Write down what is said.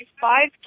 five